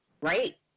Right